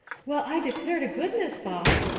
well, i declare to goodness, boss!